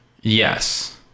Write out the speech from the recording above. Yes